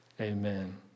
amen